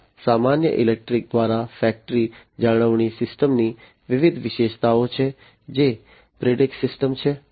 આ સામાન્ય ઇલેક્ટ્રિક દ્વારા ફેક્ટરી જાળવણી સિસ્ટમની વિવિધ વિશેષતાઓ છે જે પ્રિડિક્સ સિસ્ટમ છે